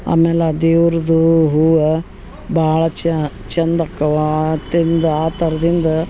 ಆಮೇಲೆ ಆ ದೇವ್ರದ್ದು ಹೂವು ಭಾಳ ಚಂದ ಅಕ್ಕವ್ವ ಆ ಥರ್ದಿಂದ